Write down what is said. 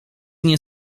nie